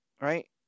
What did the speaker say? Right